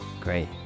Great